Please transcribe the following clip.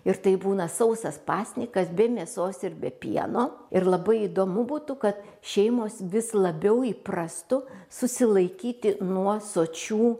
ir tai būna sausas pasnikas be mėsos ir be pieno ir labai įdomu būtų kad šeimos vis labiau įprastų susilaikyti nuo sočių